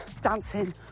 dancing